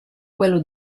quello